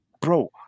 Bro